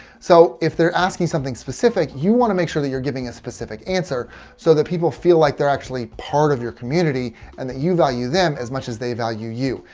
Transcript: so, if they're asking something specific you want to make sure that you're giving a specific answer so that people feel like they're actually part of your community and that you value them as much as they value you.